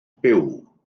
byw